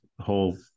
whole